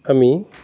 আমি